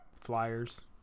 flyers